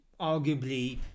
arguably